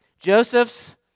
Joseph's